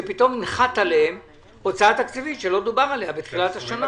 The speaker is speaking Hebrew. שפתאום נחתה עליהן הוצאה תקציבית שלא דובר עליה בתחילת השנה.